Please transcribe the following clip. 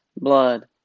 blood